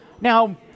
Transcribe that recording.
Now